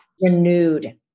renewed